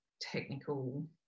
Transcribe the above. technical